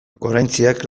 goraintziak